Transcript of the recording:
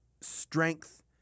strength